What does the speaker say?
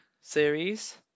series